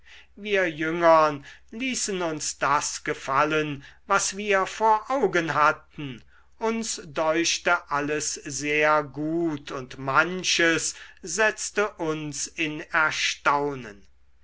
wir jüngern ließen uns das gefallen was wir vor augen hatten uns deuchte alles sehr gut und manches setzte uns in erstaunen